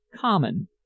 common